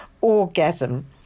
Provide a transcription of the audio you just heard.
orgasm